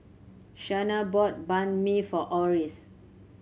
Shana bought Banh Mi for Oris